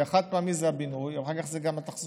כי החד-פעמי זה הבינוי אבל אחר כך זה גם התחזוקה,